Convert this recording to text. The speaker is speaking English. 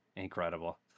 incredible